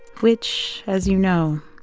which, as you know,